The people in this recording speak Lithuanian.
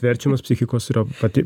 verčiamas psichikos yra pati